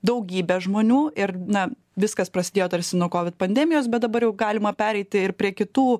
daugybė žmonių ir na viskas prasidėjo tarsi nuo kovid pandemijos bet dabar jau galima pereiti ir prie kitų